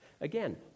Again